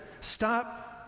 Stop